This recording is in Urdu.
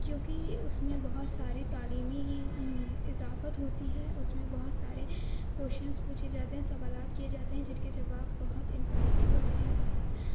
کیونکہ اس میں بہت سارے تعلیمی اضافت ہوتی ہے اس میں بہت سارے کوشچنس پوچھے جاتے ہیں سوالات کیے جاتے ہیں جن کے جواب بہت انفامیٹو ہوتے ہیں بہت